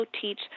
teach